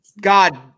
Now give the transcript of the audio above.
God